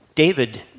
David